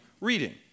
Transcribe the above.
reading